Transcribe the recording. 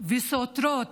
וסותרות